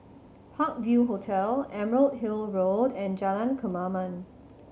Park View Hotel Emerald Hill Road and Jalan Kemaman